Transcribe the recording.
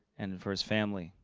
and for his family.